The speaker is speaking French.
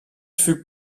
fut